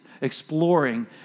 exploring